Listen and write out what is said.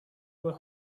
were